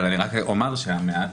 למה?